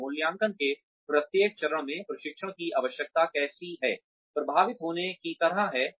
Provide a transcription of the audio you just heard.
और मूल्यांकन के प्रत्येक चरण में प्रशिक्षण की आवश्यकता कैसी है प्रभावित होने की तरह है